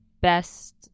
best